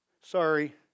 Sorry